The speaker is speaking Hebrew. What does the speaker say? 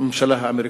הממשלה האמריקנית.